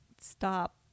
Stop